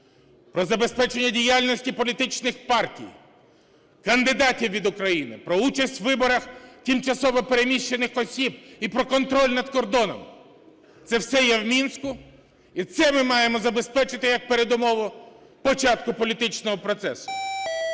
Про забезпечення діяльності політичних партій, кандидатів від України. Про участь в виборах тимчасово переміщених осіб. І про контроль над кордоном. Це все є в "Мінську", і це ми маємо забезпечити як передумову початку політичного процесу.